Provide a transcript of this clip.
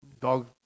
dog